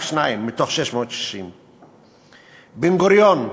רק שניים מתוך 660. בן-גוריון,